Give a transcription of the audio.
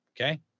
Okay